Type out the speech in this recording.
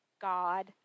God